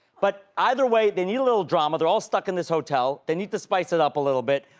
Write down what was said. but either way, they need a little drama. they're all stuck in this hotel. they need to spice it up a little bit.